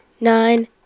Nine